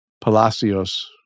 Palacios